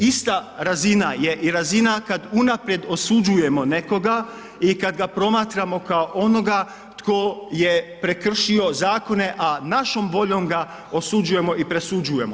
Ista razina je i razina kada unaprijed osuđujemo nekoga i kada ga promatramo kao onoga tko je prekršio zakone, a našom voljom ga osuđujemo i presuđujemo.